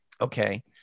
Okay